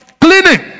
cleaning